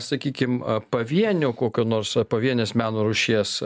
sakykim pavienio kokio nors pavienės meno rūšies